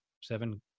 seven